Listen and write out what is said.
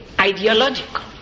ideological